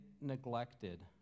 neglected